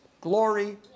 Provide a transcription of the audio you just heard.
glory